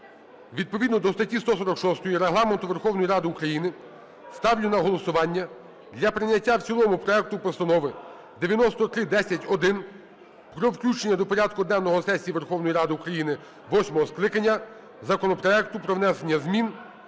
відповідно до статті 146 Регламенту Верховної Ради України ставлю на голосування для прийняття в цілому проекту Постанови (9310-1) про включення до порядку денного сесії Верховної Ради України восьмого скликання законопроекту про внесення змін